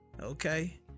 Okay